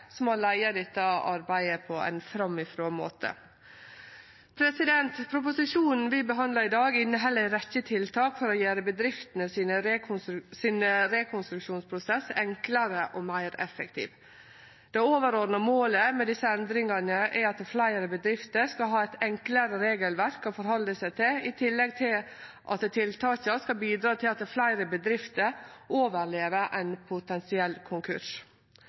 som har leia dette arbeidet på ein framifrå måte. Proposisjonen vi behandlar i dag, inneheld ei rekkje tiltak for å gjere rekonstruksjonsprosessen for bedriftene enklare og meir effektiv. Det overordna målet med desse endringane er at fleire bedrifter skal ha eit enklare regelverk å halde seg til, i tillegg til at tiltaka skal bidra til at fleire bedrifter overlever ein potensiell konkurs.